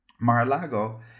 Mar-a-Lago